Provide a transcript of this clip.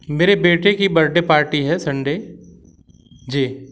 मेरे बेटे की बर्डे पार्टी है सन्डे जी